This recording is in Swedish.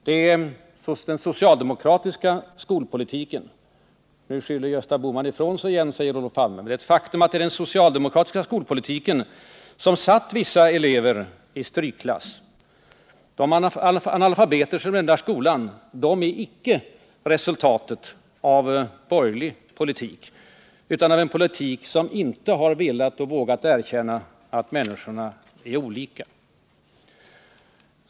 Det är den socialdemokratiska skolpolitiken — nu skyller Gösta Bohman ifrån sig igen, säger Olof Palme, men detta är ett faktum — som satt vissa elever i strykklass. De analfabeter som lämnar skolan är icke resultatet av en borgerlig politik utan av en politik som inte velat och vågat erkänna att människorna är olika.